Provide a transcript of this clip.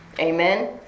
Amen